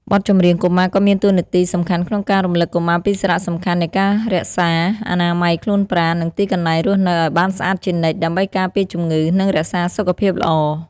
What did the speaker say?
បទចម្រៀងកុមារក៏មានតួនាទីសំខាន់ក្នុងការរំលឹកកុមារពីសារៈសំខាន់នៃការរក្សា អនាម័យខ្លួនប្រាណ និងទីកន្លែងរស់នៅឲ្យបានស្អាតជានិច្ច ដើម្បីការពារជំងឺ និងរក្សាសុខភាពល្អ។